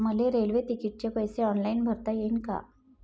मले रेल्वे तिकिटाचे पैसे ऑनलाईन भरता येईन का?